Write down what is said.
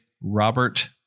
Robert